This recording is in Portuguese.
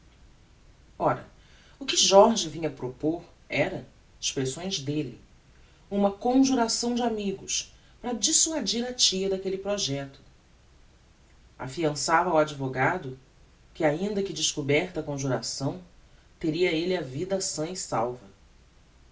ora o que jorge vinha propor era expressões delle uma conjuração de amigos para dissuadir a tia daquelle projecto affiançava ao advogado que ainda descoberta a conjuração teria elle a vida sã e salva